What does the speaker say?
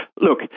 look